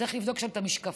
צריך לבדוק שם את המשקפיים.